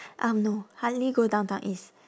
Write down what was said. um no hardly go downtown east